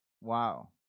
wow